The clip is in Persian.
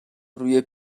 روی